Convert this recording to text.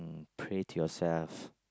pray to yourself